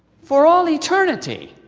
for all eternity.